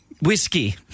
whiskey